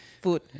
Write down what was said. food